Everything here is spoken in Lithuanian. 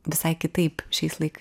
visai kitaip šiais laik